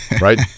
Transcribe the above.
Right